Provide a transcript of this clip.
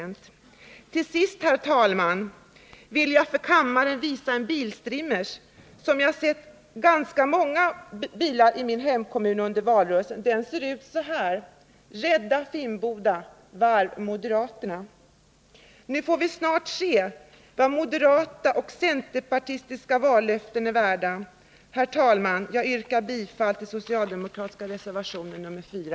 Till sist, herr talman, vill jag för kammaren visa en s.k. streamer som jag såg på ganska många bilar i min hemkommun under valrörelsen. ”Rädda Finnboda Varf”, står det, och omedelbart efter den texten finns moderaternas partiemblem. Nu får vi se vad moderata och centerpartistiska vallöften är värda. Herr talman! Jag yrkar bifall till den socialdemokratiska reservationen nr 4.